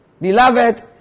Beloved